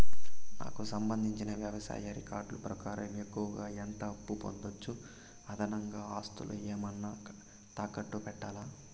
నాకు సంబంధించిన వ్యవసాయ రికార్డులు ప్రకారం ఎక్కువగా ఎంత అప్పు పొందొచ్చు, అదనంగా ఆస్తులు ఏమన్నా తాకట్టు పెట్టాలా?